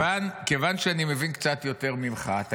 כיוון שאני מבין קצת יותר ממך בזה,